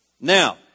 Now